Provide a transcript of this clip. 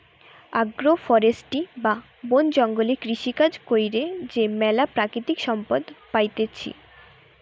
agro forestry বা বন জঙ্গলে কৃষিকাজ কইরে যে ম্যালা প্রাকৃতিক সম্পদ পাইতেছি